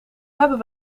hebben